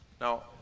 Now